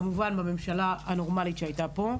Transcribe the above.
כמובן בממשלה הנורמלית שהייתה פה,